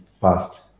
fast